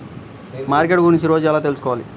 Market గురించి రోజు ఎలా తెలుసుకోవాలి?